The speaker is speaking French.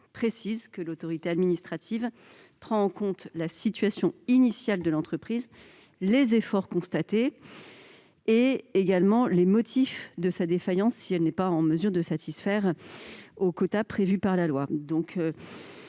préciser que l'autorité administrative prend en compte la situation initiale de l'entreprise, les efforts constatés ainsi que les motifs de sa défaillance si elle n'est pas en mesure de satisfaire aux quotas prévus par la loi.